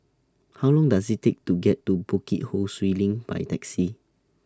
How Long Does IT Take to get to Bukit Ho Swee LINK By Taxi